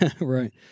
Right